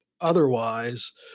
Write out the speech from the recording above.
otherwise